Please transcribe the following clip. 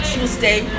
Tuesday